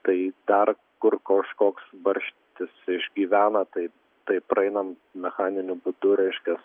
tai dar kur kažkoks barštis išgyvena tai tai praeinam mechaniniu būdu reiškias